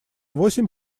восемь